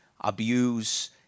Abuse